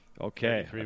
Okay